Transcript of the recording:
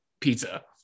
pizza